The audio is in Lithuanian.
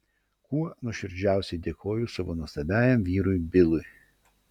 kuo nuoširdžiausiai dėkoju savo nuostabiajam vyrui bilui